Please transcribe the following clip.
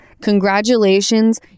Congratulations